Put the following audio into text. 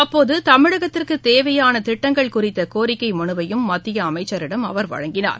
அப்போது தமிழகத்திற்கு தேவையான திட்டங்கள் குறித்த கோரிக்கை மனுவையும் மத்திய அமைச்சரிடம் அவர் வழங்கினார்